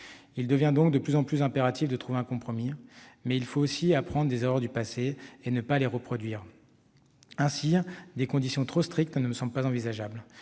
Il devient donc de plus en plus impératif de trouver un compromis. Mais il faut aussi apprendre des erreurs du passé, et ne pas les reproduire. Ainsi, des conditions trop strictes ne me semblent pas envisageables.